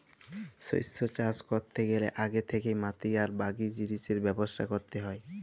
শস্য চাষ ক্যরতে গ্যালে আগে থ্যাকেই মাটি আর বাকি জিলিসের ব্যবস্থা ক্যরতে হ্যয়